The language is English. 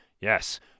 Yes